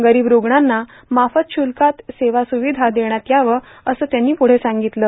गरीब रूग्णांना माफक शुल्कात सेवासुविधा देण्यात याव्यात असं त्यांनी पुढं सांगितलं